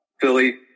philly